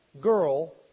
girl